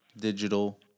digital